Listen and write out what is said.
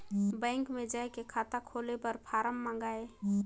Bank मे जाय के खाता खोले बर फारम मंगाय?